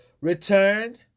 returned